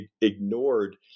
ignored